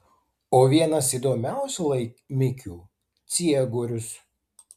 o vienas įdomiausių laimikių ciegorius